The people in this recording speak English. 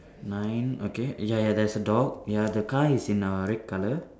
nine okay ya ya there's a dog ya the car is in err red colour